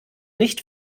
nicht